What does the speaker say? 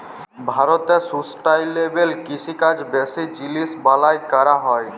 ভারতে সুস্টাইলেবেল কিষিকাজ বেশি জিলিস বালাঁয় ক্যরা হ্যয়